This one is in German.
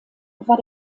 war